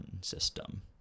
system